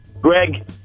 Greg